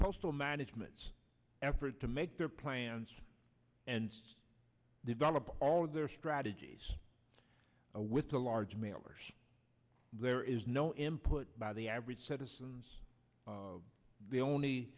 postal management's effort to make their plans and develop all of their strategies with the large mailers there is no input by the average citizens the